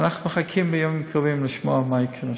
אנחנו מחכים בימים הקרובים לשמוע מה יקרה שם.